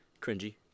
cringy